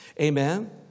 Amen